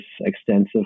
extensive